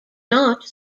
not